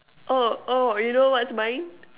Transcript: oh oh you know what's mine